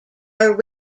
are